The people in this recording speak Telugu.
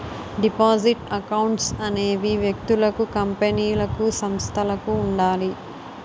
డిపాజిట్ అకౌంట్స్ అనేవి వ్యక్తులకు కంపెనీలకు సంస్థలకు ఉండాలి